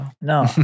No